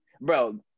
Bro